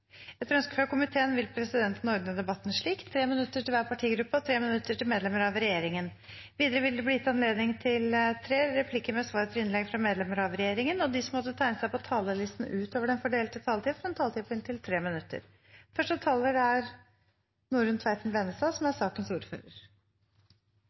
Etter ønske fra arbeids- og sosialkomiteen vil presidenten ordne debatten slik: 3 minutter til hver partigruppe og 3 minutter til medlemmer av regjeringen. Videre vil det bli gitt anledning til inntil tre replikker med svar etter innlegg fra medlemmer av regjeringen, og de som måtte tegne seg på talerlisten utover den fordelte taletid, får også en taletid på inntil 3 minutter. Som